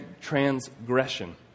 transgression